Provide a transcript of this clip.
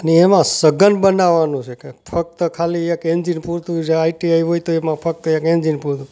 અને એમાં સગન બનાવવાનું છે કે ફક્ત ખાલી એક એન્જિન પૂરતું જ આ આઇટીઆઈ હોય તો એમાં ફક્ત એક એન્જિન પૂરતું